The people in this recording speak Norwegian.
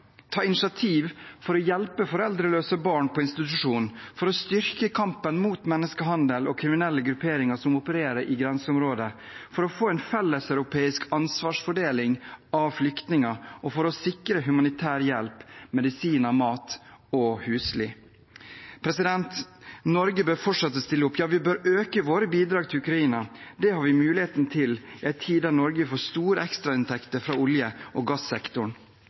ta initiativ for å hjelpe foreldreløse barn på institusjon, for å styrke kampen mot menneskehandel og kriminelle grupperinger som opererer i grenseområdene, for å få en felles europeisk ansvarsfordeling av flyktninger og for å sikre humanitær hjelp, medisiner, mat og husly. Norge bør fortsette å stille opp. Ja, vi bør øke våre bidrag til Ukraina. Det har vi muligheten til i en tid der Norge får store ekstrainntekter fra olje- og gassektoren,